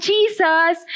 Jesus